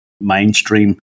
mainstream